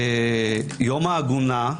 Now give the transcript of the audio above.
יום העגונה,